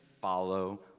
follow